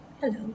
Hello